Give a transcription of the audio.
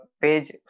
page